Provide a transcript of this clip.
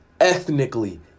ethnically